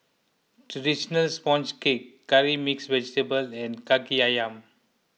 Traditional Sponge Cake Curry Mixed Vegetable and Kaki Ayam